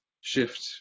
shift